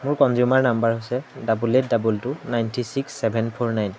মোৰ consumer number হৈছে double eight double two ninety six seven four nine